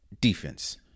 defense